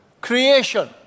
creation